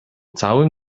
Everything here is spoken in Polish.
całym